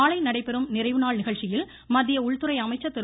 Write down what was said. நாளை நடைபெறும் நிறைவுநாள் நிகழ்ச்சியில் மத்திய உள்துறை அமைச்சர் திரு